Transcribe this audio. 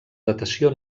datació